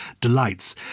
delights